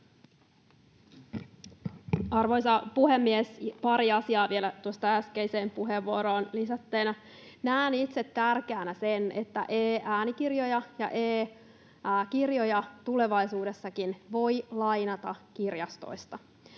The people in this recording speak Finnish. Arvoisa puhemies! Pari asiaa vielä tuohon äskeiseen puheenvuoroon lisänä. Näen itse tärkeänä sen, että e-äänikirjoja ja e-kirjoja tulevaisuudessakin voi lainata kirjastoista.